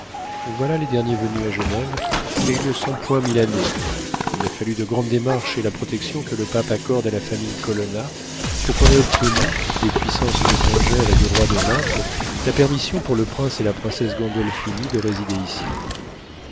voilà les derniers venus à genève et ils ne sont point milanais il a fallu de grandes démarches et la protection que le pape accorde à la famille colonna pour qu'on ait obtenu des puissances étrangères et du roi de naples la permission pour le prince et la princesse gandolphini de résider ici